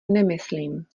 nemyslím